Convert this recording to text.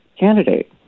candidate